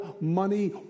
Money